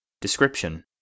Description